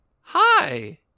Hi